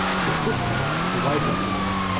his sister, the wife of leo,